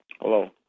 Hello